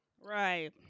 Right